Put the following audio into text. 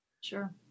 Sure